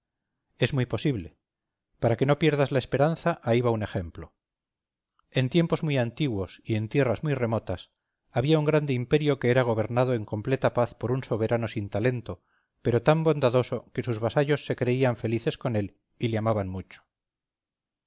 es muy posible para que no pierdas la esperanza ahí va un ejemplo en tiempos muy antiguos y en tierras muy remotas había un grande imperio que era gobernado en completa paz por un soberano sin talento pero tan bondadoso que sus vasallos se creían felices con él y le amaban mucho